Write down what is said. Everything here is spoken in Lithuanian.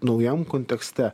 naujam kontekste